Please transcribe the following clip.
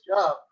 job